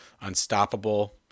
unstoppable